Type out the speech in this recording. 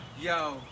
Yo